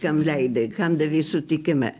kam leidai kam davei sutikimą